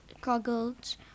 goggles